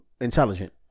Intelligent